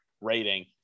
rating